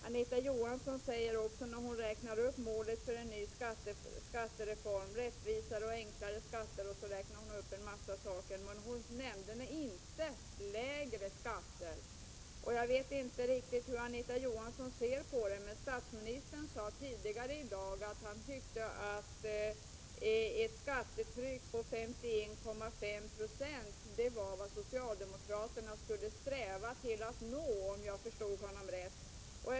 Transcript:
Anita Johansson nämnde också, när hon räknade upp målen för en ny skattereform, bl.a. rättvisare och enklare skatter. Men hon nämnde inte lägre skatter! Jag vet inte riktigt hur Anita Johansson ser på detta, men statsministern sade tidigare i dag — om jag förstod honom rätt — att han tyckte att socialdemokraterna skulle sträva efter att komma ned till ett skattetryck på 51,5 20.